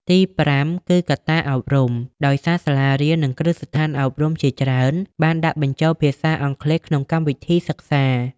ទីប្រាំគឺកត្តាអប់រំ ដោយសាលារៀននិងគ្រឹះស្ថានអប់រំជាច្រើនបានដាក់បញ្ចូលភាសាអង់គ្លេសក្នុងកម្មវិធីសិក្សា។